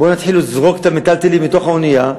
בואו נתחיל לזרוק את המיטלטלין מתוך האונייה,